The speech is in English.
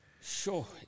Sure